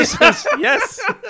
yes